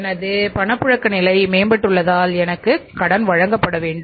எனது பணப்புழக்க நிலை மேம்பட்டுள்ளதால் எனக்கு கடன் வழங்கப்பட வேண்டும்